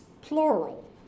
plural